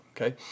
okay